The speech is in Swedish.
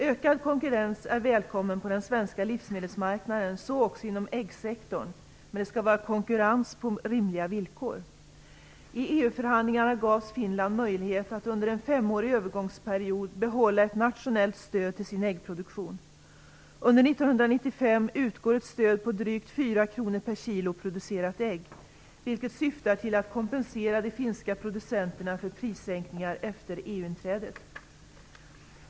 Ökad konkurrens är välkommen på den svenska livsmedelsmarknaden, så också inom äggsektorn, men det skall vara konkurrens på rimliga villkor. I EU-förhandlingarna gavs Finland möjlighet att under en femårig övergångsperiod behålla ett nationellt stöd till sin äggproduktion. Under 1995 utgår ett stöd på drygt 4 kr/kg producerat ägg, vilket syftar till att kompensera de finska producenterna för prissänkningar efter EU-inträdet.